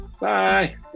Bye